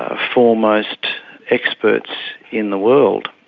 ah foremost experts in the world.